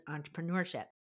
entrepreneurship